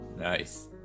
Nice